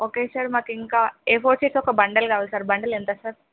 okay sir మాకు ఇంకా A four sheet ఒక బండెల్ కావాలి సార్ బండెల్ ఎంత సార్